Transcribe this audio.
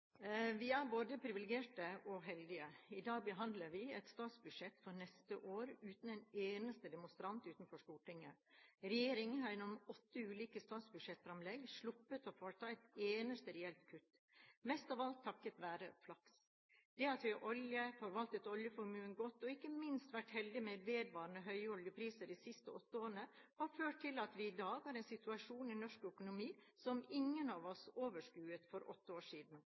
Vi er både privilegerte og heldige. I dag behandler vi et statsbudsjett for neste år uten en eneste demonstrant utenfor Stortinget. Regjeringen har gjennom åtte ulike statsbudsjettfremlegg sluppet å foreta et eneste reelt kutt, mest av alt takket være flaks. Det at vi har olje, forvaltet oljeformuen godt og ikke minst vært heldige med vedvarende høye oljepriser de siste åtte årene, har ført til at vi i dag har en situasjon i norsk økonomi som ingen av oss overskuet for åtte år siden.